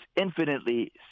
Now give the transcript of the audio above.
infinitely